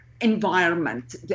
environment